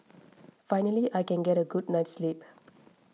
finally I can get a good night's sleep